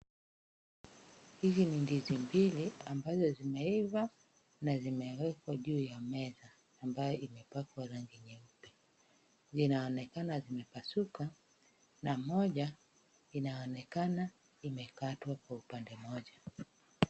Hizi ni ndizi mbili ambazo zimeiva na zimewekwa juu ya meza ambayo imepakwa rangi nyeupe, inaonekana zimepasuka no a Moja inaonekana imekatwa kwa upande Moja.